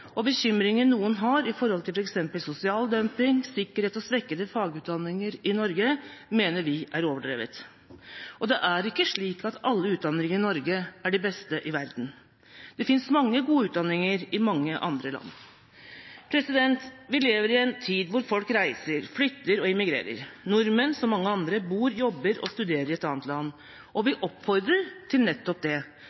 og bekymringen noen har med hensyn til f.eks. sosial dumping, sikkerhet og svekkede fagutdanninger i Norge, mener vi er overdrevet. Det er ikke slik at alle utdanninger i Norge er de beste i verden. Det finnes mange gode utdanninger i mange andre land. Vi lever i en tid hvor folk reiser, flytter og immigrerer. Nordmenn, som mange andre, bor, jobber og studerer i et annet land, og vi